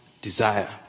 desire